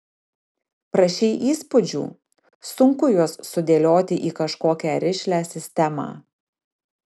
prašei įspūdžių sunku juos sudėlioti į kažkokią rišlią sistemą